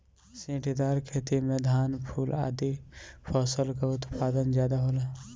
सीढ़ीदार खेती में धान, फूल आदि फसल कअ उत्पादन ज्यादा होला